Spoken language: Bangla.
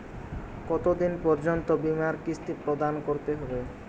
কতো দিন পর্যন্ত বিমার কিস্তি প্রদান করতে হবে?